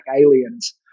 aliens